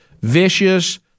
vicious